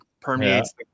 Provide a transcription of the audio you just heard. permeates